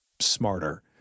Smarter